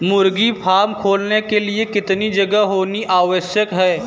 मुर्गी फार्म खोलने के लिए कितनी जगह होनी आवश्यक है?